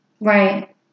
right